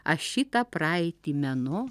aš šitą praeitį menu